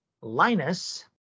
Linus